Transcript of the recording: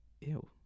Ew